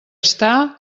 està